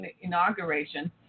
inauguration